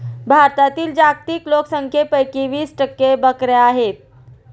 भारतातील जागतिक लोकसंख्येपैकी वीस टक्के बकऱ्या आहेत